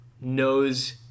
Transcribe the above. knows